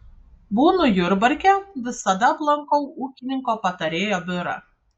būnu jurbarke visada aplankau ūkininko patarėjo biurą